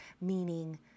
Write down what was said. meaning